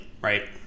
right